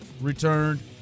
returned